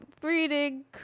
Breeding